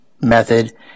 method